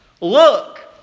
Look